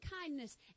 kindness